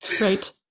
Right